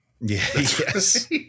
Yes